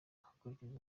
hakurikijwe